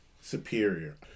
superior